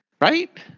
right